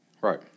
Right